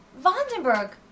Vandenberg